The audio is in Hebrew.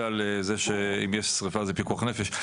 על זה שאם יש שריפה זה פיקוח נפש,